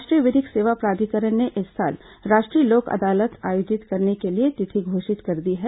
राष्ट्रीय विधिक सेवा प्राधिकरण ने इस साल राष्ट्रीय लोक अदालत आयोजित करने के लिए तिथि घोषित कर दी है